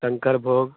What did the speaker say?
शंकर भोग